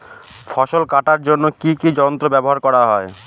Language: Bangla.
ফসল কাটার জন্য কি কি যন্ত্র ব্যাবহার করা হয়?